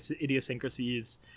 idiosyncrasies